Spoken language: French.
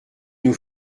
nous